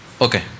Okay